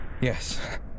Yes